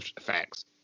Facts